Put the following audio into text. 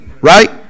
right